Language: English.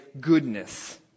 goodness